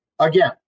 Again